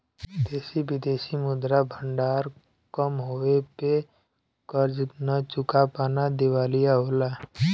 विदेशी विदेशी मुद्रा भंडार कम होये पे कर्ज न चुका पाना दिवालिया होला